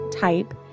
type